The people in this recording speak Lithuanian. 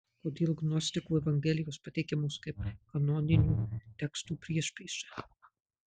kodėl gnostikų evangelijos pateikiamos kaip kanoninių tekstų priešprieša